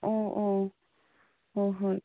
ꯑꯣ ꯑꯣ ꯍꯣꯏ ꯍꯣꯏ